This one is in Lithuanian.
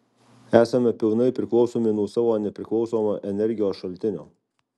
esame pilnai priklausomi nuo savo nepriklausomo energijos šaltinio